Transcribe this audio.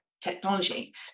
technology